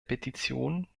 petitionen